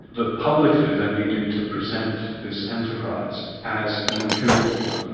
that publicly they needed to present this enterprise, as an empirical one.